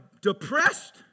depressed